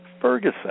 Ferguson